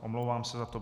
Omlouvám se za to.